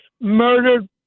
murdered